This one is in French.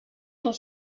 dans